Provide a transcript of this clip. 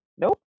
nope